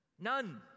None